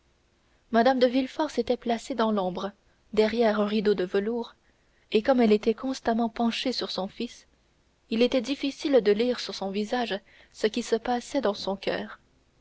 mme de villefort s'était placée dans l'ombre derrière un rideau de velours et comme elle était constamment penchée sur son fils il était difficile de lire sur son visage ce qui se passait dans son coeur